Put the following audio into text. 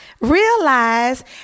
realize